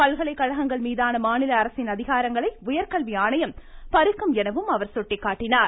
பல்கலைக்கழகங்கள் மீதான மாநில அரசின் அதிகாரங்களை உயர்கல்வி ஆணையம் பறிக்கும் எனவும் அவர் சுட்டிக்காட்டினார்